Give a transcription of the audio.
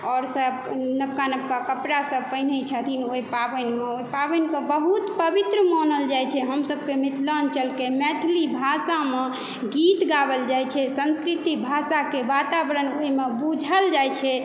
आओर सब नबका नबका कपड़ा सब पहिरै छथिन ओहि पावनिमे ओहि पावनिके बहुत पवित्र मानल जाइ छै हम सब तऽ मिथिलांचलके मैथिली भाषामे गीत गाओल जाइ छै सांस्कृतिक भाषाके वातावरण ओहिमे बुझल जाइ छै